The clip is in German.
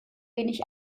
wenig